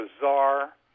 bizarre